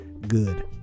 good